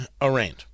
arraigned